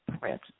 print